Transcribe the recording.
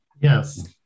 Yes